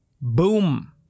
Boom